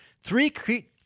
three